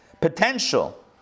potential